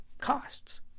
costs